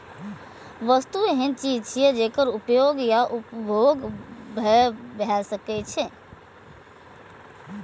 वस्तु एहन चीज छियै, जेकर उपयोग या उपभोग भए सकै छै